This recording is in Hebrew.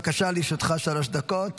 חמש דקות.